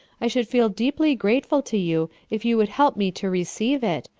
i should feel deeply grate ful to you if you would help me to receive it,